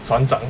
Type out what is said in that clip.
船长